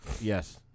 Yes